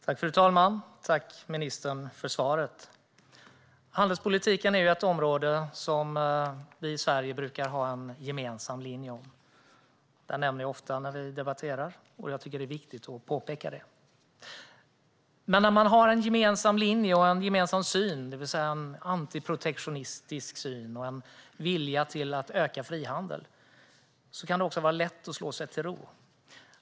Fru ålderspresident! Tack, ministern, för svaret! Handelspolitiken är ett område som vi i Sverige brukar ha en gemensam linje om. Det nämner jag ofta när vi debatterar, och jag tycker att det är viktigt att påpeka det. Men när man har en gemensam linje och en gemensam syn, det vill säga en antiprotektionistisk syn och en vilja att öka frihandeln, kan det också vara lätt att slå sig till ro.